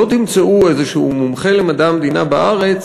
שלא תמצאו איזשהו מומחה למדע המדינה בארץ